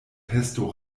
pesto